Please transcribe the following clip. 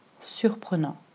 surprenant